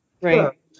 Right